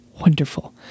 Wonderful